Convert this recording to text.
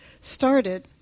started